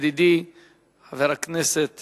ידידי חבר הכנסת